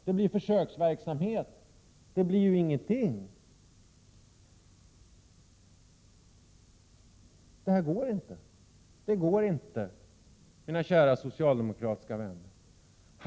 Det blir försöksverksamhet, det blir ju ingenting. Det här går inte, mina kära socialdemokratiska vänner.